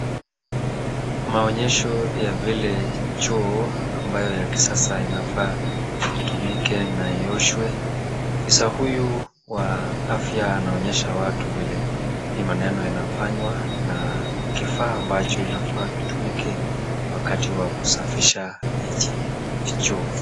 Maonyesho ya vile choo ambayo ya kisasa inafaa itumike na ioshwe. Afisa huyu wa afya anaonyesha watu vile hii maneno inafanywa na kifaa ambacho inafaa kitumike wakati wa kusafisha hiki choo.